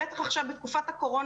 בטח עכשיו בתקופת הקורונה,